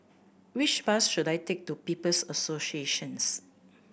which bus should I take to People's Associations